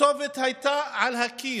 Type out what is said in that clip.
הכתובת הייתה על הקיר,